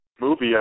movie